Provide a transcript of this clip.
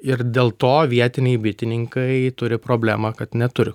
ir dėl to vietiniai bitininkai turi problemą kad neturi